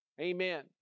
Amen